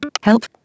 help